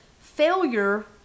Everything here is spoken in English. failure